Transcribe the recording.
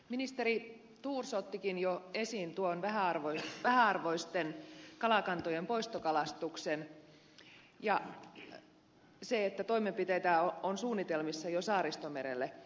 ministeri thors ottikin jo esiin tuon vähäarvoisten kalakantojen poistokalastuksen ja sen että toimenpiteitä on suunnitelmissa jo saaristomerelle